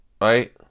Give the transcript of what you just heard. right